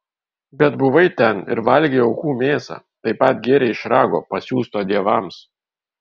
bet buvai ten ir valgei aukų mėsą taip pat gėrei iš rago pasiųsto dievams